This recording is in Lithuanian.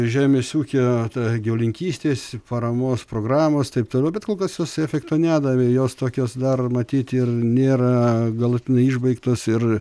žemės ūkio ta gyvulininkystės paramos programos taip toliau bet kol kas tas efekto nedavė jos tokios dar matyt ir nėra galutinai išbaigtos ir